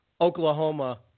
Oklahoma—